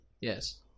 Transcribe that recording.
Yes